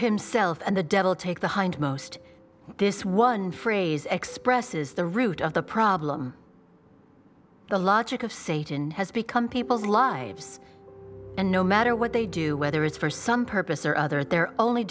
himself and the devil take the hindmost this one phrase expresses the root of the problem the logic of satan has become people's lives and no matter what they do whether it's for some purpose or other they're only